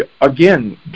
again